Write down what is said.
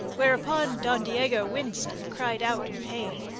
whereupon don diego winced and cried out in pain.